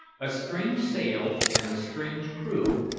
a strange sail, and a strange crew,